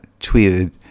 tweeted